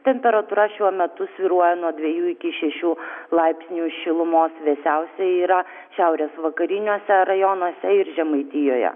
temperatūra šiuo metu svyruoja nuo dviejų iki šešių laipsnių šilumos vėsiausia yra šiaurės vakariniuose rajonuose ir žemaitijoje